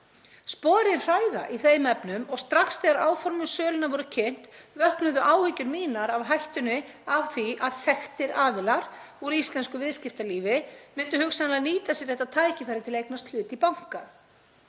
Sporin hræða í þeim efnum og strax þegar áform um söluna voru kynnt vöknuðu áhyggjur mínar af hættunni á því að þekktir aðilar úr íslensku viðskiptalífi myndu hugsanlega nýta sér þetta tækifæri til að eignast hlut í banka.